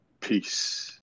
Peace